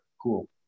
Cool